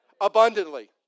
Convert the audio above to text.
Abundantly